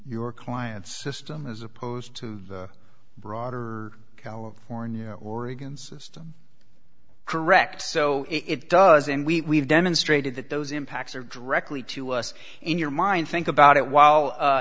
your client's system as opposed to the broader california oregon system correct so it does and we have demonstrated that those impacts are dreck only to us in your mind think about it while